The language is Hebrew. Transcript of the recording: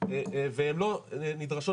והם לא נדרשות,